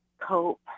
cope